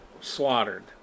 slaughtered